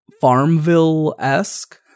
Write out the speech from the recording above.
Farmville-esque